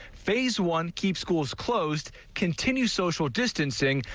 phase one keeps schools closed, continues social distancing,